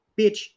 bitch